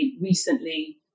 recently